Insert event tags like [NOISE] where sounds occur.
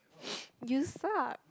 [NOISE] you suck